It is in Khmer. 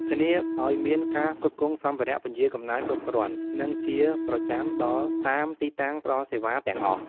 ធានាឱ្យមានការផ្គត់ផ្គង់សម្ភារៈពន្យារកំណើតគ្រប់គ្រាន់ និងជាប្រចាំដល់តាមទីតាំងផ្ដល់សេវាទាំងអស់ ។